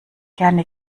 gerne